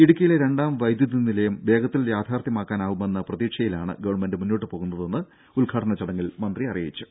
ഇടുക്കിയിലെ രണ്ടാം വൈദ്യുതി നിലയം വേഗത്തിൽ യാഥാർത്ഥ്യമാക്കാനാകുമെന്ന പ്രതീക്ഷയിലാണ് ഗവൺമെന്റ് മുന്നോട്ട് പോകുന്നതെന്ന് ഉദ്ഘാടന ചടങ്ങിൽ മന്ത്രി അറിയിച്ചു